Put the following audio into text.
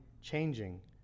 changing